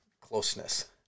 closeness